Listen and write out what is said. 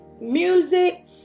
Music